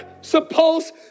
supposed